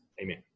Amen